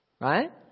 Right